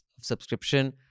subscription